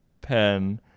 pen